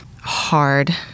hard